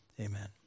Amen